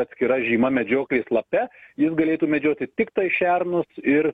atskira žyma medžioklės lape jis galėtų medžioti tiktai šernus ir